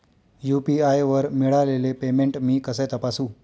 UPI वर मिळालेले payment मी कसे तपासू?